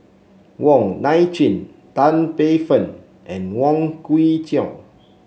Wong Nai Chin Tan Paey Fern and Wong Kwei Cheong